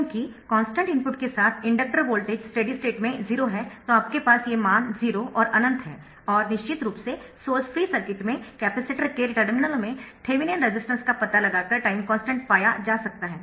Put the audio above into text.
क्योंकि constant input के साथ इंडक्टर वोल्टेज स्टेडी स्टेट में 0 है तो आपके पास ये मान 0 और अनंत है और निश्चित रूप से सोर्स फ्री सर्किट में कैपेसिटर के टर्मिनलों में थेवेनिन रेसिस्टेन्स का पता लगाकर टाइम कॉन्स्टन्ट पाया जा सकता है